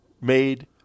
made